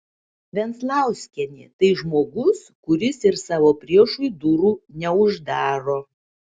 venclauskienė tai žmogus kuris ir savo priešui durų neuždaro